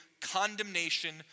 condemnation